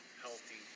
healthy